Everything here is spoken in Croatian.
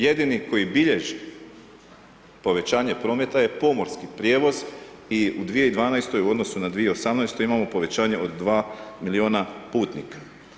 Jedini koji bilježi povećanje prometa je pomorski prijevoz i u 2012. u odnosu na 2018. imamo povećanje od 2 milijuna putnika.